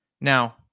Now